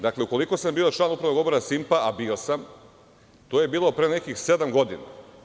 Dakle, ukoliko sam bio član Upravnog odbora „Simpa“, a bio sam, to je bilo pre nekih sedam godina.